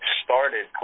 started